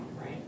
right